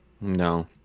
no